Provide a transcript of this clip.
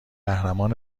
قهرمان